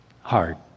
hard